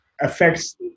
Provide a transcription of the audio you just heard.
affects